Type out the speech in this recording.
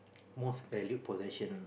most valued possession